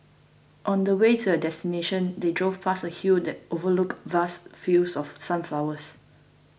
on the way to their destination they drove past a hill that overlooked vast fields of sunflowers